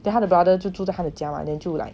then 他的 brother 也是住在她的家 what then 就 like